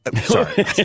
Sorry